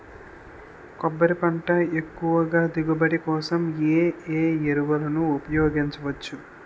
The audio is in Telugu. కొబ్బరి పంట ఎక్కువ దిగుబడి కోసం ఏ ఏ ఎరువులను ఉపయోగించచ్చు?